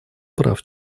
прав